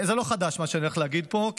זה לא חדש מה שאני הולך להגיד פה,